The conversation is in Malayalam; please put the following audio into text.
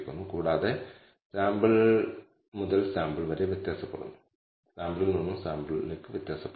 നിങ്ങൾ മോഡൽ ഫിറ്റ് ചെയ്തതിന്ന് ശേഷമുള്ള ഡാറ്റയിൽ നിന്ന് നിങ്ങൾക്ക് ഈ മൂല്യം കണക്കാക്കാനും SSE കണക്കാക്കാനും σ̂2 ന് ഒരു എസ്റ്റിമേറ്റ് നേടാനും കഴിയും